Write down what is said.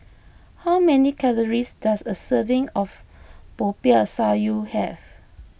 how many calories does a serving of Popiah Sayur have